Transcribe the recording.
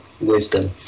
wisdom